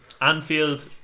Anfield